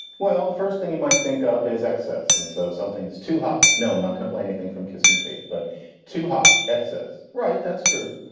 well, the first thing you might think of is access. and so something is too hot. no, i'm not going to play anything from kiss me, kate, but to hot excess. right. that's true.